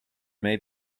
may